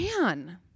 man